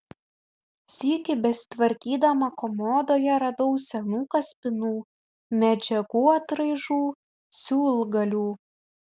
sykį besitvarkydama komodoje radau senų kaspinų medžiagų atraižų siūlgalių